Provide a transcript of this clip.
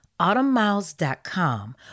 autumnmiles.com